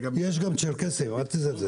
יש גם צ'רקסים, אל תזלזל.